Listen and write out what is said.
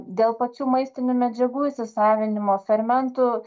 dėl pačių maistinių medžiagų įsisavinimo fermentų